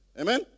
Amen